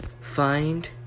find